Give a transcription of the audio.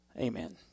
Amen